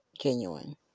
genuine